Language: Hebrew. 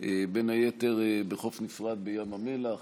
בין היתר בחוף נפרד בים המלח,